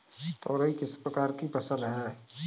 तोरई किस प्रकार की फसल है?